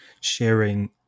sharing